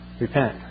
repent